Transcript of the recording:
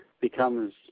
becomes